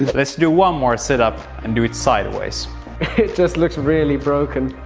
let's do one more setup and do it sideways it just looks really broken!